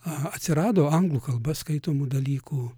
aha atsirado anglų kalba skaitomų dalykų